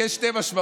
יש שתי משמעויות,